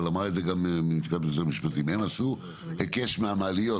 אבל גם מלשכת משרד המשפטים אמרה את זה: הם עשו היקש מהמעליות,